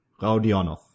Raudionov